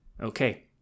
Okay